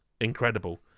incredible